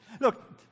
Look